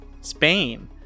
Spain